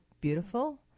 beautiful